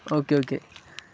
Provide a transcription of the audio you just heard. okay okay